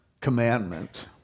commandment